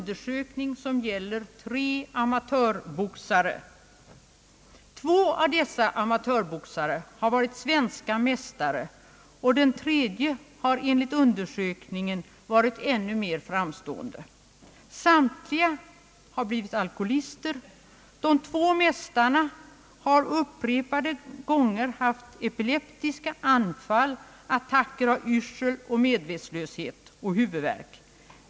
Den gäller tre amatörboxare av vilka två har varit svenska mästare och den tredje, enligt undersökningen, har varit ännu mer framstående. Samtliga har blivit alkoholister. De två mästarna har upprepade gånger haft epileptiska anfall, attacker av yrsel, medvetslöshet och huvudvärk.